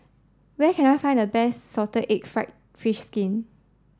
where can I find the best salted egg fried fish skin